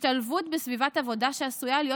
השתלבות בסביבת עבודה שעשויה להיות